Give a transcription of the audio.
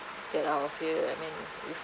get out of here I mean if